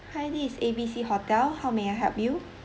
hi this is A B C hotel how may I help you